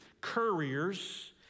couriers